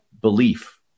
belief